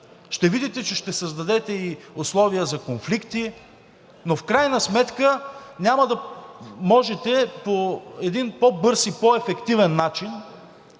ще видите, че ще създадете и условия за конфликти, но в крайна сметка няма да можете по един по-бърз и по-ефективен начин